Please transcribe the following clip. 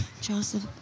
Joseph